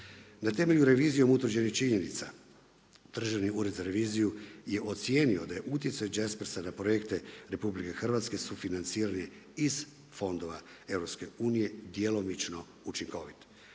Na temelju revizijom utvrđenih činjenica Državni ured za reviziju je ocijenio da je utjecaj Jaspersa na projekte RH sufinancirane iz fondova EU djelomično učinkovit.